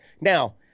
Now